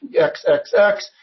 XXX